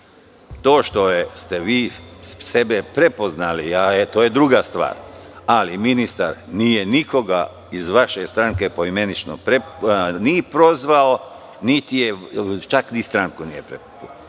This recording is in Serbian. To što ste vi sebe prepoznali to je druga stvar, ali ministar nije nikog iz vaše stranke poimenično ni prozvao, čak ni stranku nije prozvao. Molim